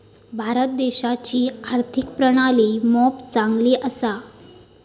भारत देशाची आर्थिक प्रणाली मोप चांगली असा